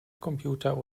computer